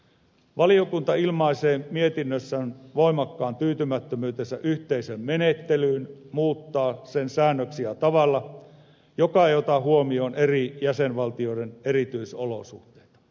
valiokunta ilmaisee mietinnössään voimakkaan tyytymättömyytensä yhteisön menettelyyn muuttaa säännöksiä tavalla joka ei ota huomioon eri jäsenvaltioiden erityisolosuhteita